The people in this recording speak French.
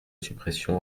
suppression